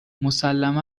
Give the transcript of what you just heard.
مسلما